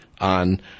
on